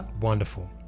Wonderful